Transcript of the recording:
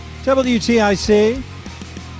WTIC